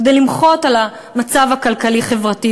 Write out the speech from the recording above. כדי למחות על המצב הכלכלי-חברתי,